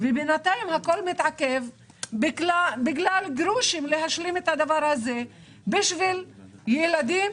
בינתיים הכול מתעכב בגלל מחסור בגרושים להשלמת הדבר הזה עבור ילדים